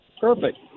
Perfect